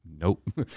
nope